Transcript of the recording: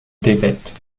défaite